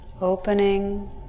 opening